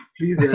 Please